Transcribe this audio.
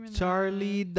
Charlie